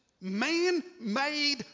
man-made